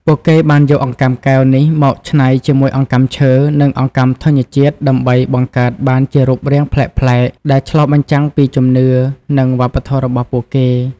ពួកគេបានយកអង្កាំកែវនេះមកច្នៃជាមួយអង្កាំឈើ និងអង្កាំធញ្ញជាតិដើម្បីបង្កើតបានជារូបរាងប្លែកៗ ដែលឆ្លុះបញ្ចាំងពីជំនឿ និងវប្បធម៌របស់ពួកគេ។